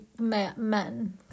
men